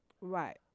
Right